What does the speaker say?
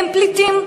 הם פליטים,